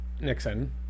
Nixon